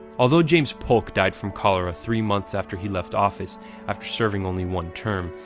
although james polk died from cholera three months after he left office after serving only one term,